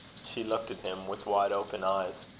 she looked at him with wide-open eyes.